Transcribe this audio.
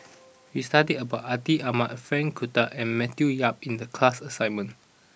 we studied about Atin Amat Frank Cloutier and Matthew Yap in the class assignment